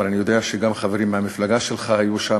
אבל אני יודע שגם חברים מהמפלגה שלך היו שם,